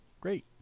Great